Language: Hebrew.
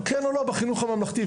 כן או לא בחינוך הממלכתי,